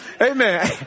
Amen